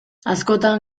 askotan